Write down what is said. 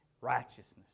righteousness